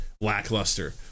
lackluster